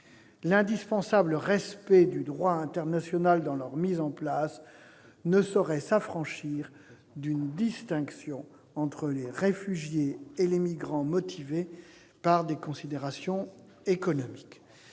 L'indispensable respect du droit international dans leur mise en place ne saurait s'affranchir d'une distinction entre les réfugiés et les migrants motivés par des considérations économiques.